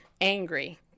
angry